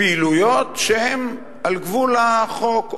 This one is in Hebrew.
בפעילויות שהן על גבול החוק,